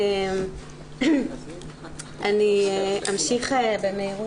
אני אמשיך במהירות.